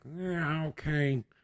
okay